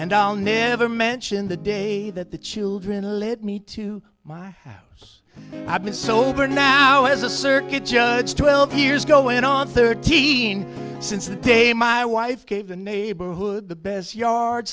on never mention the day that the children led me to my house i've been sober now as a circuit judge twelve years ago and on thirteen since the day my wife gave the neighborhood the best yard